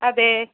അതെ